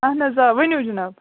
اَہَن حَظ آ ؤنِو جِناب